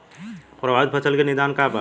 प्रभावित फसल के निदान का बा?